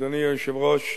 אדוני היושב-ראש,